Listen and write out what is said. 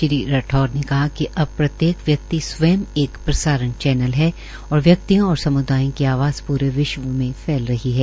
श्री राठौड़ ने कहा कि अब प्रत्येक व्यक्ति स्वयं एक प्रसारण चैनल है और व्यक्तियों और सम्दायों की आवाज़ पूरे विश्व में फैल रही है